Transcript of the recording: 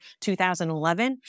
2011